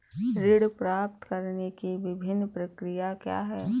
ऋण प्राप्त करने की विभिन्न प्रक्रिया क्या हैं?